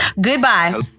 Goodbye